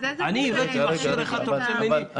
אני הבאתי מכשיר אחד ואתה רוצה ממני הצהרה?